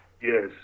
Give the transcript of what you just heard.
yes